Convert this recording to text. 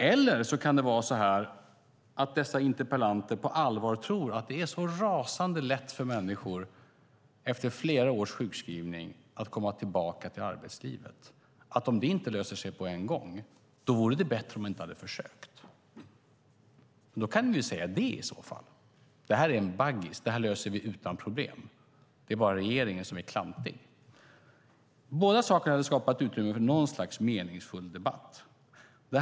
Eller också kan det vara så att dessa interpellanter på allvar tror att det är rasande lätt för människor att efter flera års sjukskrivning komma tillbaka till arbetslivet, och om det inte löser sig på en gång vore det bättre om man inte hade försökt. Men då kan ni ju säga det i så fall: Det här är en baggis; det här löser vi utan problem. Det är bara regeringen som är klantig. Vi borde skapa utrymme för något slags meningsfull debatt.